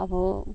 अब